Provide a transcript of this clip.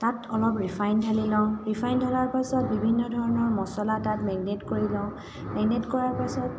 তাত অলপ ৰিফাইণ ঢালি লওঁ ৰিফাইণ ঢলাৰ পিছত বিভিন্ন ধৰণৰ মচলা তাত মেৰিনেট কৰি লওঁ মেৰিনেট কৰাৰ পাছত